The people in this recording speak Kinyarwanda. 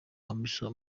hamisa